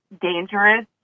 dangerous